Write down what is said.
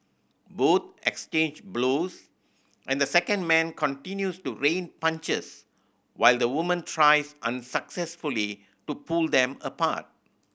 both exchange blows and the second man continues to rain punches while the woman tries unsuccessfully to pull them apart